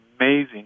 amazing